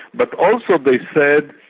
but also they said,